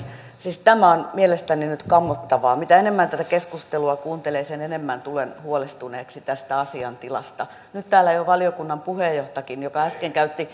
siis tämä on nyt mielestäni kammottavaa mitä enemmän tätä keskustelua kuuntelee sen enemmän tulen huolestuneeksi tästä asian tilasta täällä jo valiokunnan puheenjohtajakin joka äsken käytti